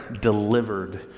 delivered